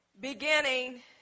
beginning